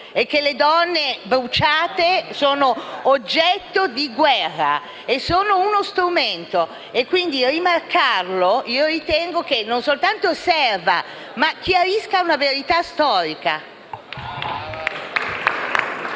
e che le donne bruciate sono oggetto di guerra e sono uno strumento. Quindi, ritengo che rimarcarlo non soltanto serva, ma chiarisca una verità storica.